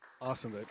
Awesome